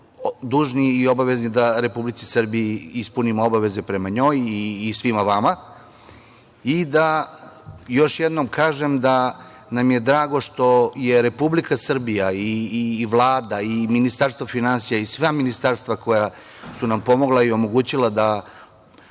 dužni i obavezni da Republici Srbiji ispunimo obaveze prema njoj i svima vama. Još jednom bih rekao da nam je drago što je Republika Srbija i Vlada i Ministarstvo finansija i sva ministarstva koja su nam pomogla i omogućila da